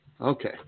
Okay